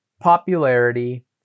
popularity